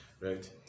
right